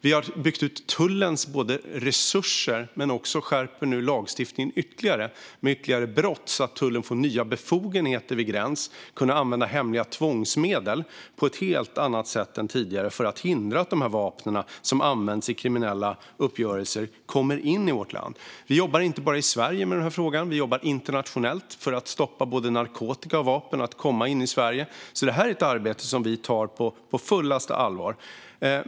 Vi har byggt ut tullens resurser men skärper nu också lagstiftningen ytterligare, med ytterligare brott, så att tullen får nya befogenheter vid gräns och kan använda hemliga tvångsmedel på ett helt annat sätt än tidigare för att hindra att de vapen som används i kriminella uppgörelser kommer in i vårt land. Vi jobbar inte bara i Sverige med denna fråga; vi jobbar internationellt för att stoppa både narkotika och vapen från att komma in i Sverige. Detta är alltså ett arbete som vi tar på fullaste allvar.